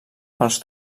pels